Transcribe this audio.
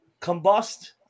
combust